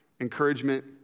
encouragement